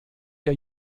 der